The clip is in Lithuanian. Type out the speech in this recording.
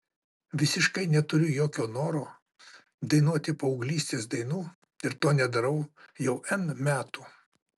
visiškai neturiu jokio noro dainuoti paauglystės dainų ir to nedarau jau n metų